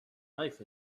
life